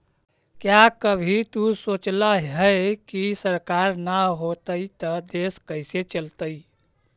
क्या कभी तु सोचला है, की सरकार ना होतई ता देश कैसे चलतइ